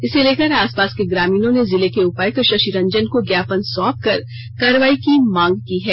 इसे लेकर आसपास के ग्रामीणों ने जिले के उपायुक्त शशि रंजन को ज्ञापन सौंप कर कार्रवाई की मांग की गई है